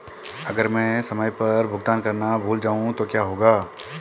अगर मैं समय पर भुगतान करना भूल जाऊं तो क्या होगा?